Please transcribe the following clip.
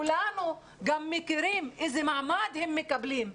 כולנו גם מכירים איזה מעמד הם מקבלים.